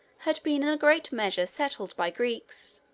had been in a great measure settled by greeks,